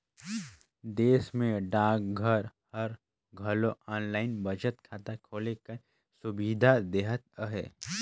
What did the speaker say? देस में डाकघर हर घलो आनलाईन बचत खाता खोले कर सुबिधा देहत अहे